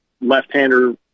left-hander